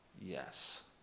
Yes